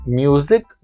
music